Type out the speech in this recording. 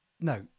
No